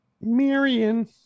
Marion